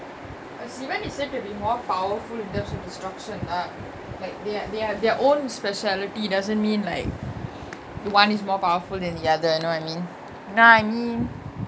err sivan is said to be more powerful in terms of destruction lah like their their their own speciality doesn't mean like one is more powerful than the other you know what I mean you know what I mean